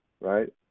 right